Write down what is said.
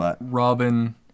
Robin